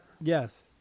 yes